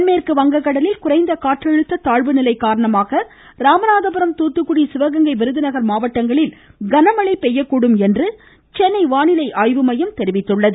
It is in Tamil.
தென்மேற்கு வங்கக்கடலில் குறைந்த காற்றழுத்த தாழ்வு நிலை காரணமாக ராமநாதபுரம் தூத்துக்குடி சிவகங்கை விருதுநகர் மாவட்டங்களில் கனமழை பெய்யக்கூடும் என்று சென்னை வானிலை ஆய்வு மையம் தெரிவித்துள்ளது